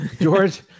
George